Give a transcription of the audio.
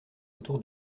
autour